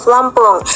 Lampung